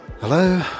Hello